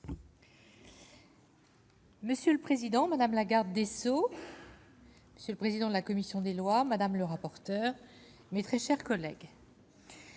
Monsieur le président, madame la garde des Sceaux. C'est le président de la commission des lois, madame le rapporteur, mes très chers collègues.